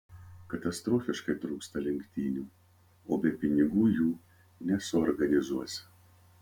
katastrofiškai trūksta lenktynių o be pinigų jų nesuorganizuosi